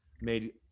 made